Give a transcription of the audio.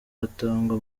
hatangwa